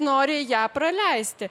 nori ją praleisti